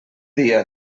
dia